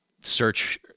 search